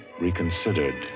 reconsidered